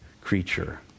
creature